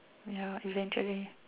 ya eventually